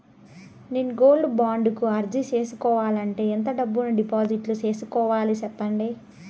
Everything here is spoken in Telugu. నేను గోల్డ్ బాండు కు అర్జీ సేసుకోవాలంటే ఎంత డబ్బును డిపాజిట్లు సేసుకోవాలి సెప్పండి